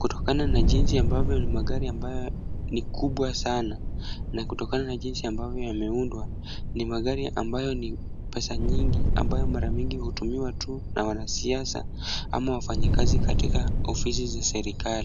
kutokana na jinsi ambavyo magari ambayo ni kubwa sana, na kutokana na jinsi ambavyo yameundwa, ni magari ambayo ni pesa nyingi ambayo mara mingi hutumiwa tu na wanasiasa ama wafanyikazi katika ofisi za serikali.